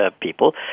people